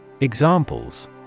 Examples